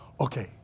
Okay